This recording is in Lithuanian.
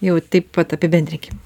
jau taip vat apibendrinkim